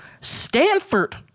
Stanford